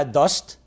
dust